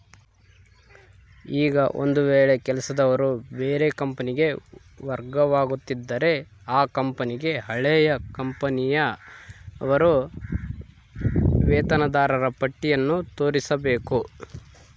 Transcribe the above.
ಈಗ ಒಂದು ವೇಳೆ ಕೆಲಸದವರು ಬೇರೆ ಕಂಪನಿಗೆ ವರ್ಗವಾಗುತ್ತಿದ್ದರೆ ಆ ಕಂಪನಿಗೆ ಹಳೆಯ ಕಂಪನಿಯ ಅವರ ವೇತನದಾರರ ಪಟ್ಟಿಯನ್ನು ತೋರಿಸಬೇಕು